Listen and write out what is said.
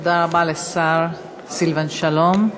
תודה רבה לשר סילבן שלום.